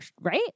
right